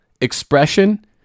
expression